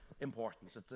importance